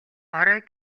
орой